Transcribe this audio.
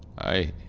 i